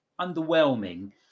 underwhelming